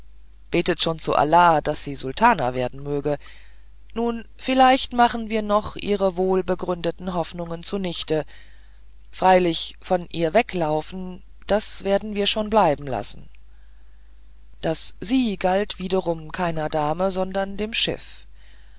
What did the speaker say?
betet schon zu allah daß sie sultana werden möge nun vielleicht machen wir noch ihre wohl begründeten hoffnungen zunichte freilich von ihr weglaufen das werden wir schon bleiben lassen das sie galt wiederum keiner dame sondern dem schiff